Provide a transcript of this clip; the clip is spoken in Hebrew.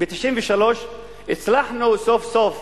ב-1993 הצלחנו סוף-סוף,